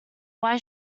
why